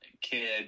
kid